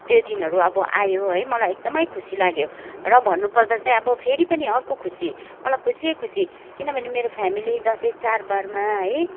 त्यो दिनहरू अब आयो है मलाई एकदमै खुसी लाग्यो र भन्नु पर्दा चाहिँ अब फेरि पनि अर्को खुसी मलाई खुसी है खुसी किनभने मेरो फेमिली दसैँ चाडबाडमा है